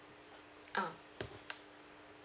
ah